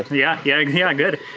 yeah, yeah, yeah, good.